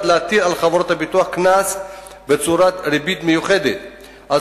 להטיל על חברות הביטוח קנס בצורת ריבית מיוחדת על